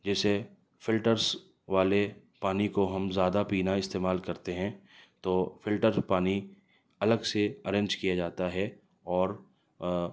جیسے فلٹرس والے پانی کو ہم زیادہ پینا استعمال کرتے ہیں تو فلٹر پانی الگ سے ارینج کیا جاتا ہے اور